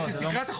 כן, תקרא את החוק.